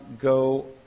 go